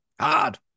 Hard